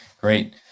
great